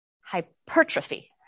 hypertrophy